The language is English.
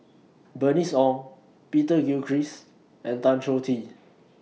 Bernice Ong Peter Gilchrist and Tan Choh Tee